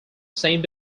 same